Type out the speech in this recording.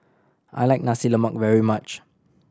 I like Nasi Lemak very much